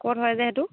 ক'ত হয় যে সেইটো